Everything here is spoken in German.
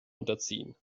unterziehen